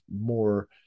more